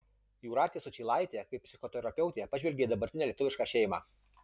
jūratės sučylaitė kaip psichoterapeutė pažvelgė į dabartinę lietuvišką šeimą